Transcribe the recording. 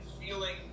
feeling